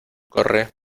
corre